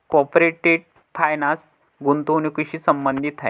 corporate finance गुंतवणुकीशी संबंधित आहे